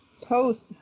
post